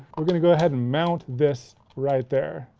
we're going to go ahead and mount this right there.